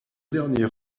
dernier